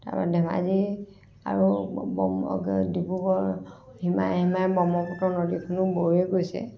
তাৰ পৰা ধেমাজি আৰু ডিব্ৰুগড়ৰ সীমাই সীমাই ব্ৰহ্মপুত্ৰ নদীখনো বৈয়ে গৈছে